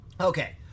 okay